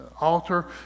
altar